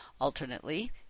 Alternately